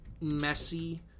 messy